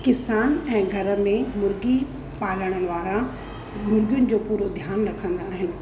किसान ऐं घर में मुर्गी पालण वारा मुर्गीयुनि जो पूरो ध्यानु रखंदा आहिनि